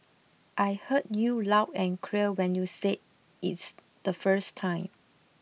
I heard you loud and clear when you said it's the first time